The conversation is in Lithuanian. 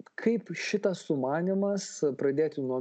kaip šitas sumanymas pradėti nuo